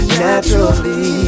naturally